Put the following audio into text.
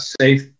safe